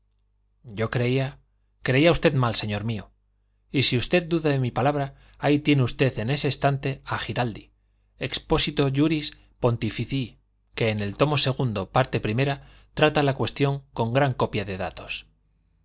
yo creía creía usted mal señor mío y si usted duda de mi palabra ahí tiene usted en ese estante a giraldi expositio juris pontificii que en el tomo ii parte o trata la cuestión con gran copia de datos